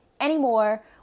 anymore